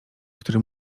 który